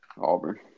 Auburn